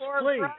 please